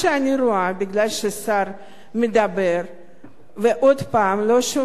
מכיוון שהשר מדבר ועוד פעם לא שומע את מה שאני אומרת,